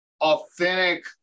authentic